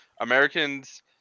Americans